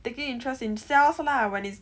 taking interest in cells lah when it's